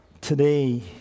today